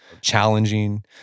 challenging